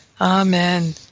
Amen